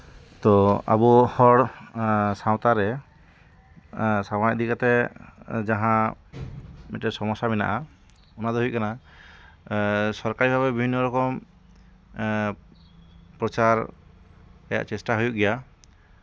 ᱛᱳ ᱟᱵᱚ ᱦᱚᱲ ᱥᱟᱶᱛᱟ ᱨᱮ ᱥᱟᱶᱟᱨ ᱤᱫᱤ ᱠᱟᱛᱮᱫ ᱡᱟᱦᱟᱸ ᱢᱤᱫᱴᱮᱱ ᱥᱚᱢᱚᱥᱥᱟ ᱢᱮᱱᱟᱜᱼᱟ ᱚᱱᱟ ᱫᱚ ᱦᱩᱭᱩᱜ ᱠᱟᱱᱟ ᱥᱚᱨᱠᱟᱨᱤ ᱵᱷᱟᱵᱮ ᱵᱤᱵᱷᱤᱱᱱᱚ ᱨᱚᱠᱚᱢ ᱯᱨᱚᱪᱟᱨ ᱨᱮᱭᱟᱜ ᱪᱮᱥᱴᱟ ᱦᱩᱭᱩᱜ ᱜᱮᱭᱟ